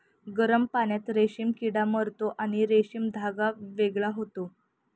गरम पाण्यात रेशीम किडा मरतो आणि रेशीम धागा वेगळा होतो